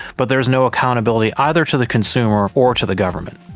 but there is no accountability either to the consumer or to the government.